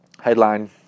headline